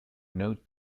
note